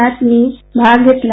त्याहत मी भाग घेतला